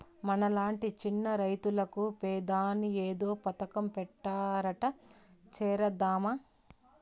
మనలాంటి చిన్న రైతులకు పెదాని ఏదో పథకం పెట్టారట చేరదామా